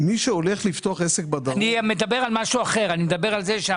לפתוח היום בית מרקחת עולה משהו בין שניים לשלושה מיליון שקל.